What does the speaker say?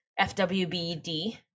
FWBD